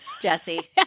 Jesse